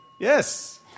Yes